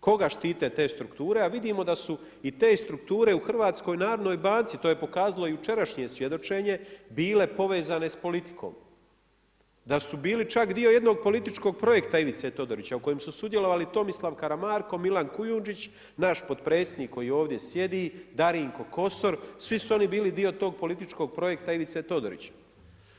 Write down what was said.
koga štite te strukture a vidimo da su i te strukture u HNB-u, to je pokazalo jučerašnje svjedočenje, bile povezane sa politikom. da su bili čak dio jednog političkog projekta Ivice Todorića u kojem su sudjelovali Tomislav Karamarko, Milan Kujundžić, naš potpredsjednik koji ovdje sjedi, Darinko Kosor, svi su oni bili dio tog političkog projekta Ivice Todorića.